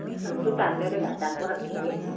आंथ' दाननो रोङा दानहराखैसै बियो